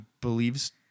believes